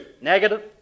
Negative